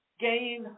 gain